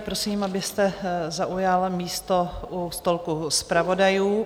Prosím, abyste zaujal místo u stolku zpravodajů.